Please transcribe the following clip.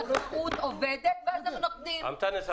תודה.